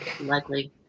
likely